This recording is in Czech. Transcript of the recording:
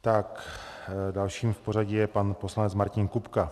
Tak dalším v pořadí je pan poslanec Martin Kupka.